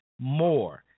more